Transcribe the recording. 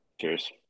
Cheers